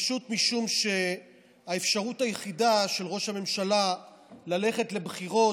פשוט משום שהאפשרות היחידה של ראש הממשלה ללכת לבחירות